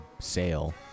sale